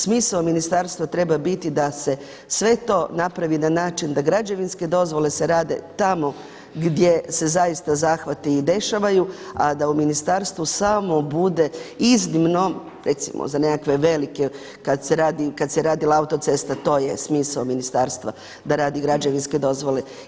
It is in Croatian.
Smisao ministarstva treba biti da se sve to napravi na način da građevinske dozvole se rade tamo gdje se zaista zahvati i dešavaju, a da u ministarstvu samo bude iznimno recimo za nekakve velike kad se radila autocesta to je smisao ministarstva da radi građevinske dozvole.